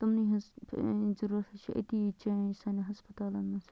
تٕمنٕے ہٕنٛز ضوٚرَتھ حظ چھِ أتی یی چینٛج سانٮ۪ن ہَسپَتالَن مَنٛز